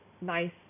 nice